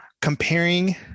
comparing